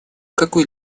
какой